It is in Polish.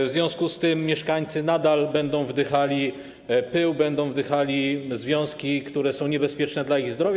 W związku z tym mieszkańcy nadal będą wdychali pył, będą wdychali związki, które są niebezpieczne dla ich zdrowia.